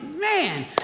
Man